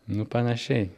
nu panašiai